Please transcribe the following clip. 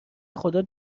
خدا